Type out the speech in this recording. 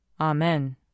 Amen